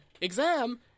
Exam